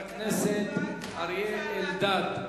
חבר הכנסת אריה אלדד.